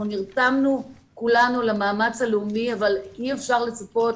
אנחנו נרתמנו כולנו למאמץ הלאומי אבל אי אפשר לצפות